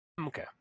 Okay